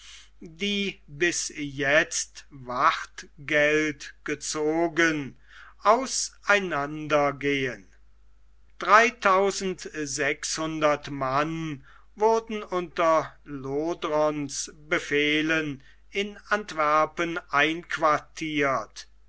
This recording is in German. die bis jetzt wartgeld gezogen auseinander gehen dreitausend sechshundert mann wurden unter lodronas befehlen in antwerpen einquartiert